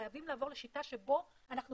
חייבים לעבור לשיטה שבה אנחנו